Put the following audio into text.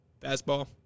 Fastball